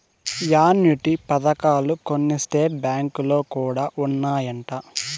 annuity పథకాలు కొన్ని state బ్యాంకులో కూడా ఉన్నాయంట